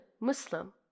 Muslim